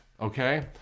okay